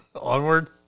Onward